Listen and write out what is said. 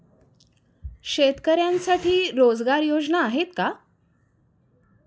शेतकऱ्यांसाठी रोजगार योजना आहेत का?